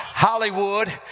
Hollywood